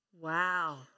Wow